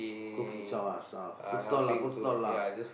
cooking so ah food stall lah food stall lah